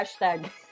Hashtag